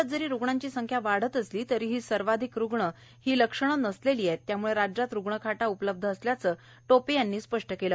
राज्यात जरी रुग्णांची संख्या वाढत असली तरीही सर्वाधिक रुग्ण हे लक्षणं नसलेली आहेत त्यामुळे राज्यात रुग्णखाटा उपलब्ध असल्याचं टोपे यांनी स्पष्ट केलं